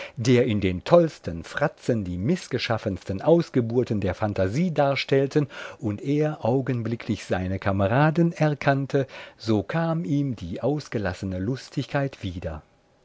die in den tollsten fratzen die mißgeschaffensten ausgeburten der phantasie darstellten und er augenblicklich seine kameraden erkannte so kam ihm die ausgelassene lustigkeit wie